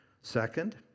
Second